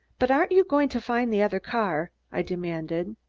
but aren't you going to find the other car? i demanded.